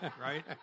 Right